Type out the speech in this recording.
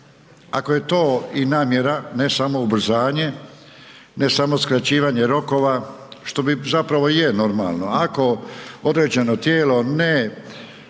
ako je to i namjera ne samo ubrzanje, ne samo skraćivanje rokova, što bi zapravo i je normalno, ako određeno tijelo ne